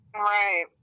Right